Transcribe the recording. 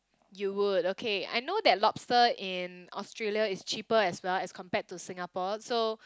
you would okay I know that lobster in Australia is cheaper as well as compared to Singapore so